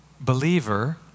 believer